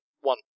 One